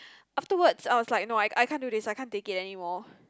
afterwards I was like no I I can't do this I can't take it anymore